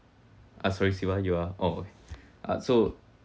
uh sorry sorry siva you are oh okay uh so